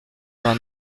vingt